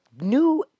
new